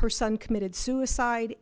her son committed suicide